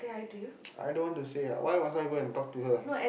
I don't want to say ah why must I go and talk to her